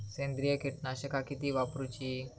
सेंद्रिय कीटकनाशका किती वापरूची?